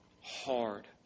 Hard